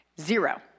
Zero